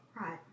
right